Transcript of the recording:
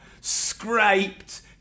scraped